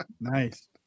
Nice